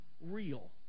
real